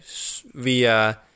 via